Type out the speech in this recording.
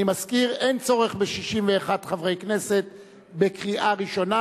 אני מזכיר: אין צורך ב-61 חברי כנסת בקריאה ראשונה,